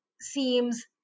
seems